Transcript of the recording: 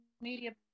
media